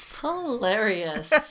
Hilarious